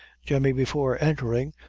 jemmy, before entering,